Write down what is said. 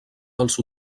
dels